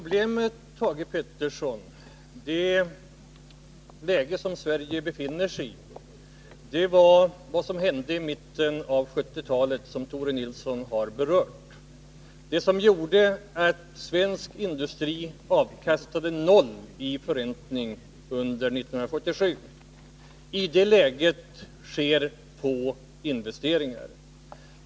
Herr talman! Det läge som Sverige befinner sig i, Thage Peterson, beror på vad som hände i mitten av 1970-talet, vilket också berördes av Tore Nilsson. Förräntningen för svensk industri var lika med noll under 1977. I ett sådant läge sker få investeringar.